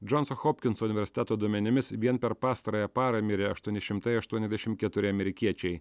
džonso chopkinso universiteto duomenimis vien per pastarąją parą mirė aštuoni šimtai aštuoniasdešimt keturi amerikiečiai